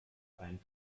ein